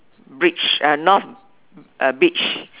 bridge uh north uh beach